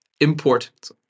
import